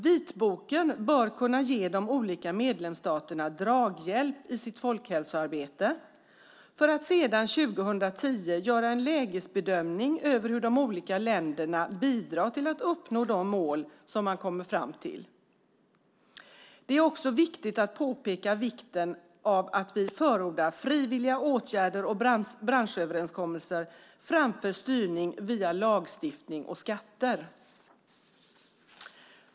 Vitboken bör kunna ge de olika medlemsstaterna draghjälp i sitt folkhälsoarbete för att 2010 göra en lägesbedömning över hur de olika länderna bidrar till att uppnå de mål man kommer fram till. Det är också viktigt att påpeka vikten av att vi förordar frivilliga åtgärder och branschöverenskommelser framför styrning via lagstiftning och skatter.